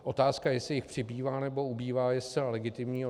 Otázka, jestli jich přibývá nebo ubývá, je zcela legitimní.